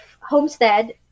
homestead